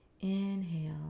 Inhale